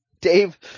Dave